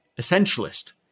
essentialist